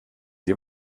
sie